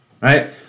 right